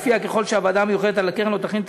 שלפיה ככל שהוועדה המיוחדת על הקרן לא תכין את